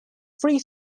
free